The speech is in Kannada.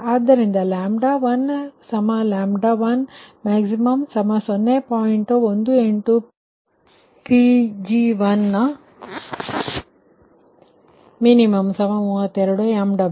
ಆದ್ದರಿಂದ 1 1max0